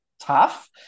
tough